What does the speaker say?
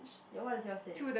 your what does yours say